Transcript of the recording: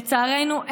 לצערנו,